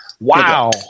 Wow